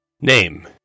Name